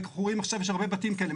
עכשיו יש הרבה בתים כאלה.